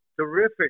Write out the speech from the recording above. Terrific